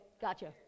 gotcha